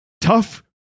tough